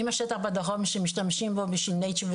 שמשתמשים בו מהטבע,